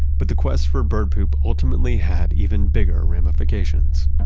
but the quest for bird poop ultimately had even bigger ramifications.